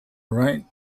right